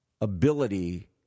ability